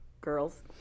Girls